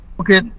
Okay